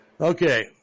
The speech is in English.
Okay